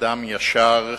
אדם ישר,